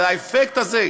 אבל האפקט הזה,